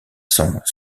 sont